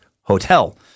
Hotel